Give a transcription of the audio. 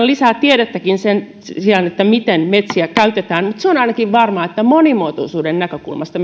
lisää tiedettäkin siinä miten metsiä käytetään mutta ainakin se on varmaa että monimuotoisuuden näkökulmasta